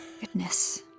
Goodness